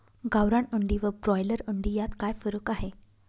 गावरान अंडी व ब्रॉयलर अंडी यात काय फरक आहे?